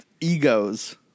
egos